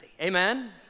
Amen